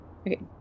Okay